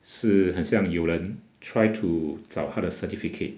是很像有人 try to 找她的 certificate